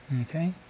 Okay